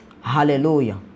Hallelujah